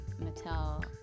Mattel